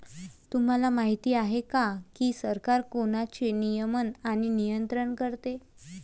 तुम्हाला माहिती आहे का की सरकार कराचे नियमन आणि नियंत्रण करते